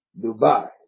Dubai